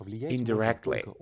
indirectly